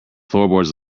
floorboards